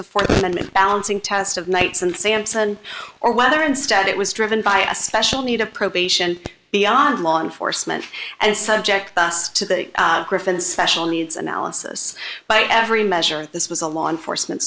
the th amendment balancing test of knights and sampson or whether instead it was driven by a special need of probation beyond law enforcement and subject us to the griffin special needs analysis by every measure this was a law enforcement